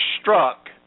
struck